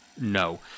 no